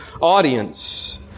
audience